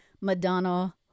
Madonna